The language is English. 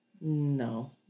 No